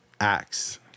Acts